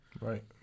Right